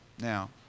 now